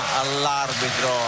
all'arbitro